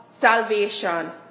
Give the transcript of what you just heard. salvation